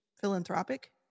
philanthropic